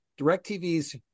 DirecTV's